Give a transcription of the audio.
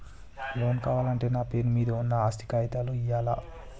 Loan కావాలంటే నా పేరు మీద ఉన్న ఆస్తి కాగితాలు ఇయ్యాలా?